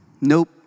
nope